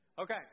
Okay